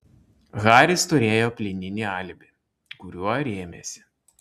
haris turėjo plieninį alibi kuriuo rėmėsi